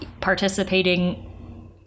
participating